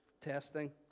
testing